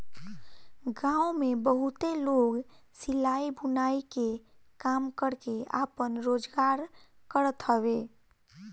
गांव में बहुते लोग सिलाई, बुनाई के काम करके आपन रोजगार करत हवे